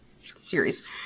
series